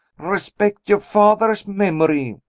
respect your father's memory!